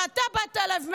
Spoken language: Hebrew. ואתה באת אליו,